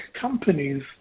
companies